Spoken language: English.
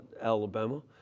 Alabama